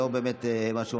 זה לא באמת משהו,